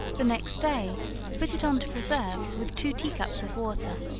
the next day put it on to preserve with two tea cups of water,